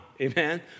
Amen